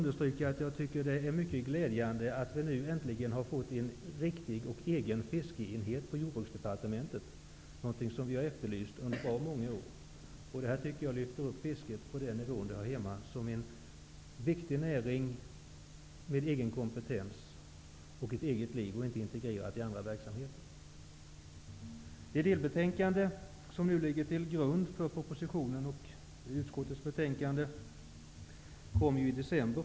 Det är också mycket glädjande att det äntligen har inrättats en riktig fiskeenhet på Jordbruksdepartementet, något som vi har efterlyst under många år. Jag tycker att detta lyfter upp fisket till den nivå där det hör hemma. Det är en viktig näring med egen kompetens och ett eget liv, inte integrerat i andra verksamheter. Det delbetänkande som ligger till grund för propositionen och utskottets betänkande framlades i december.